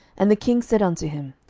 and the king said unto him,